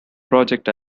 project